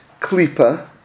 klipa